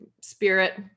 spirit